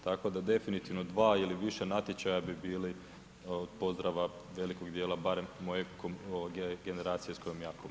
Tako da definitivno dva ili više natječaja bi bili od pozdrava velikog djela barem moje generacije s kojom ja